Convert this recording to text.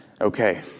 okay